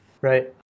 Right